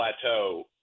plateau